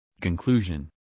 Conclusion